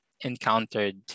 encountered